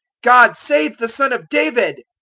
god save the son of david,